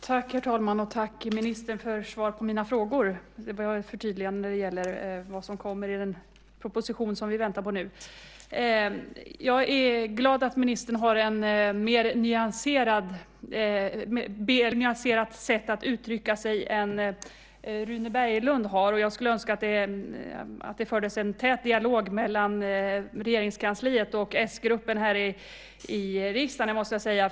Herr talman! Jag vill tacka ministern för svaret på mina frågor. Det var ett förtydligande om vad som kommer i den proposition som vi väntar på. Jag är glad att ministern har ett mer nyanserat sätt att uttrycka sig än Rune Berglund, och jag skulle önska att det fördes en tät dialog mellan Regeringskansliet och s-gruppen i riksdagen.